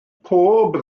pob